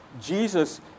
Jesus